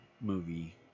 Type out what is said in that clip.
movie